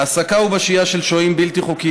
בהעסקה ובשהייה של שוהים בלתי חוקיים